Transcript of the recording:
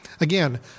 Again